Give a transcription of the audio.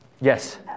yes